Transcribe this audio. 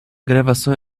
gravação